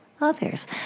others